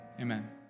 Amen